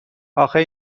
آخه